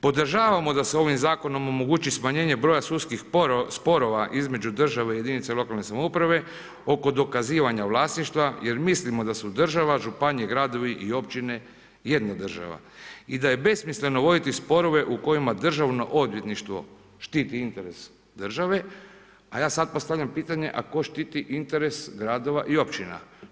Podržavamo da se ovim zakonom omogući smanjenje broja sudskih sporova između države i jedinica lokalne samouprave oko dokazivanja vlasništva jer mislimo da su država, županija, gradovi i općine jedna država i da je nesmisleno voditi sporove u kojima Državno odvjetništvo štiti interes države a ja sad postavljam pitanje a tko štiti interes gradova i općina?